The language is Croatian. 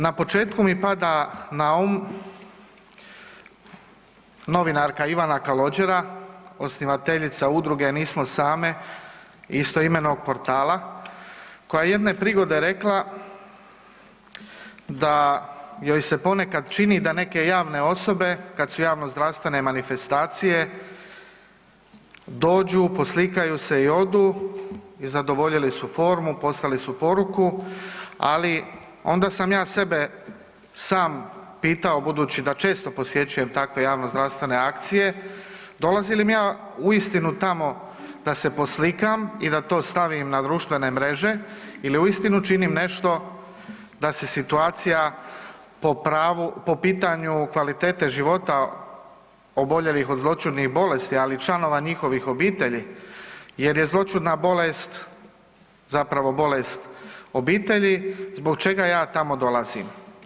Na početku mi pada na um novinarka Ivana Kalođera osnivateljica udruge „Nismo same“ istoimenog portala koja je jedne prigode rekla da joj se ponekad čini da neke javne osobe kad su javnozdravstvene manifestacije dođu, poslikaju se i odu i zadovoljili su formu, poslali su poruku, ali onda sam ja sebe sam pitao budući da često posjećujem takve javnozdravstvene akcije, dolazim li ja uistinu tamo da se poslikam i da to stavim na društvene mreže ili uistinu činim nešto da se situacija po pravu, po pitanju kvalitete života oboljelih od zloćudnih bolesti, ali i članova njihovih obitelji, jer je zloćudna bolest zapravo bolest obitelji, zbog čega ja tamo dolazim?